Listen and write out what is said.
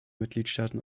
mitgliedstaaten